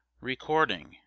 Recording